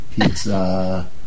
pizza